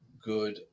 good